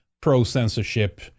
pro-censorship